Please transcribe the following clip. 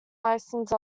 licence